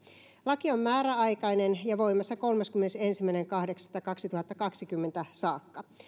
laki on määräaikainen ja voimassa kolmaskymmenesensimmäinen kahdeksatta kaksituhattakaksikymmentä saakka